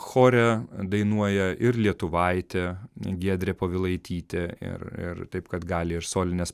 chore dainuoja ir lietuvaitė giedrė povilaitytė ir ir taip kad gali ir solines